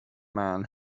man